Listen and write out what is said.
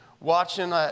watching